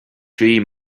dream